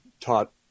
taught